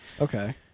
Okay